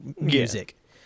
music